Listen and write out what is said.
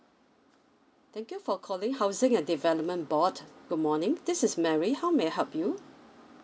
thank you for calling housing and development board good morning this is mary how may I help you